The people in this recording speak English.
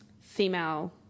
female –